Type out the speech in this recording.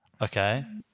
Okay